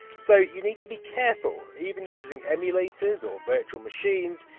so you need to be careful, even using emulators, or virtual machines